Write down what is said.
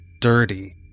dirty